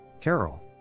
Carol